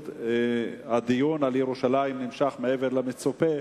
והדיון על ירושלים נמשך מעבר למצופה.